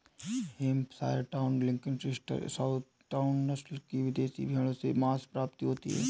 Hampshire down, Lincoln, Leicester, southdown, नस्ल की विदेशी भेंड़ों से माँस प्राप्ति होती है